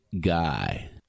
guy